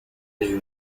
iri